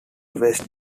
west